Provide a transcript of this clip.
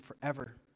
forever